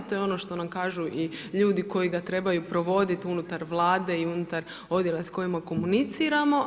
To je ono što nam kažu i ljudi koji ga trebaju provoditi unutar Vlade i unutar odjela s kojima komuniciramo.